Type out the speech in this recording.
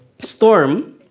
storm